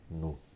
no